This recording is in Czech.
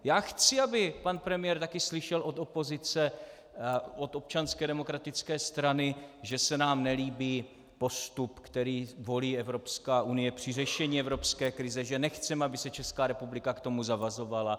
Já chci, aby pan premiér taky slyšel od opozice, od Občanské demokratické strany, že se nám nelíbí postup, který volí Evropská unie při řešení evropské krize, že nechceme, aby se Česká republika k tomu zavazovala.